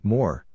More